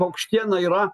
paukštiena yra